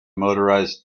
motorized